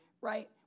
Right